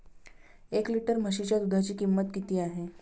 एक लिटर म्हशीच्या दुधाची किंमत किती आहे?